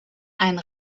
ein